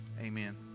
Amen